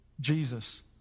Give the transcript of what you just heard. Jesus